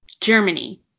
Germany